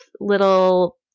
little